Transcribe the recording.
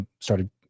started